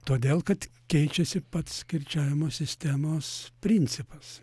todėl kad keičiasi pats kirčiavimo sistemos principas